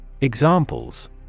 Examples